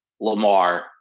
Lamar